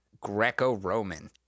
Greco-Roman